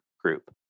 group